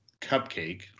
cupcake